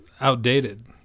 outdated